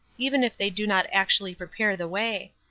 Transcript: even if they do not actually prepare the way.